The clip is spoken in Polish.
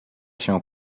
się